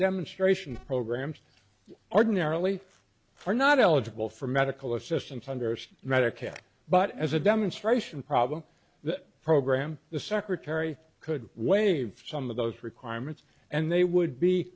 demonstration programs ordinarily for not eligible for medical assistance understand medicaid but as a demonstration problem that program the secretary could waive some of those requirements and they would be